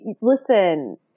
Listen